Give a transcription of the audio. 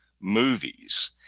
movies